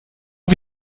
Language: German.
wie